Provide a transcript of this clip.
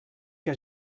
que